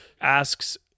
asks